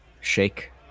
shake